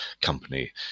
company